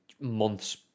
Months